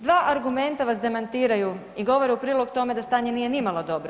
Dva argumenta vas demantiraju i govore u prilog tome da stanje nije nimalo dobro.